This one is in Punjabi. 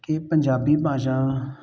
ਕਿ ਪੰਜਾਬੀ ਭਾਸ਼ਾ